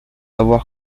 avoir